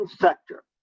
sector